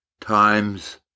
times